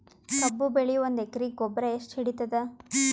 ಕಬ್ಬು ಬೆಳಿ ಒಂದ್ ಎಕರಿಗಿ ಗೊಬ್ಬರ ಎಷ್ಟು ಹಿಡೀತದ?